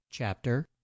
Chapter